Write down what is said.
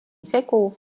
segu